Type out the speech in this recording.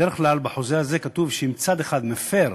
בדרך כלל בחוזה הזה כתוב שאם צד אחד מפר